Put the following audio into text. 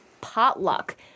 potluck